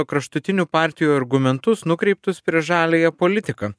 kraštutinių partijų argumentus nukreiptus prieš žaliąją politiką